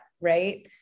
right